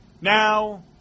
now